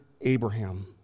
Abraham